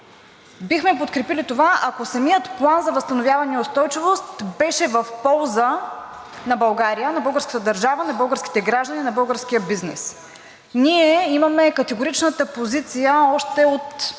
Бихме подкрепили това, ако самият План за възстановяване и устойчивост беше в полза на България, на българската държава, на българските граждани, на българския бизнес. Ние имаме категоричната позиция още от